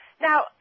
Now